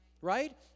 right